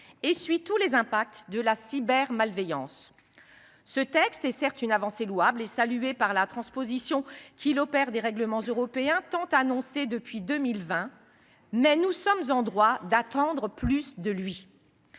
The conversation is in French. essuient tous les impacts de la cybermalveillance. Ce texte est, certes, une avancée louable et saluée, par la transposition qu’il opère des règlements européens tant annoncés depuis 2020. Cependant, nous sommes en droit d’attendre plus de lui.